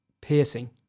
piercing